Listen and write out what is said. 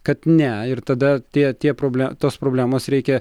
kad ne ir tada tie tie problemų tos problemos reikia